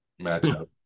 matchup